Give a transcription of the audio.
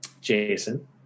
jason